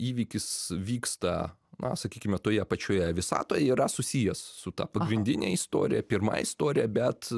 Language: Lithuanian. įvykis vyksta na sakykime toje pačioje visatoje yra susijęs su ta pagrindine istorija pirma istorija bet